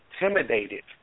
intimidated